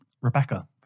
Rebecca